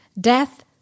Death